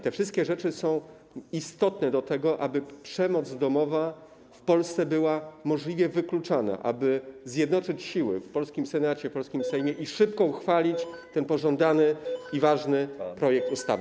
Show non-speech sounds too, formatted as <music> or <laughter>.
Te wszystkie rzeczy są istotne, aby przemoc domowa w Polsce była możliwie wykluczana, aby zjednoczyć siły w polskim Senacie, w polskim Sejmie <noise> i szybko uchwalić ten pożądany i ważny projekt ustawy.